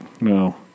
no